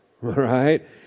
right